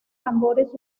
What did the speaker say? tambores